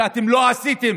שאתם לא עשיתם.